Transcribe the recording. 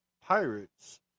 Pirates